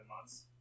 months